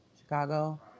Chicago